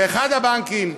באחד הבנקים.